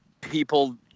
people